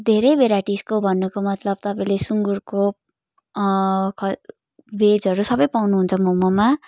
धेरै भेराइटिसको भन्नुको मतलब तपाईँले सुँगुरको ख भेजहरू सबै पाउनुहुन्छ मोमोमा